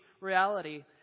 reality